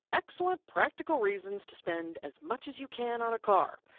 excellent, practical reasons to spend as much as you can on a car.